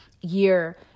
year